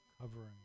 covering